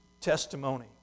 testimony